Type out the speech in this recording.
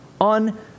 on